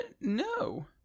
no